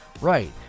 Right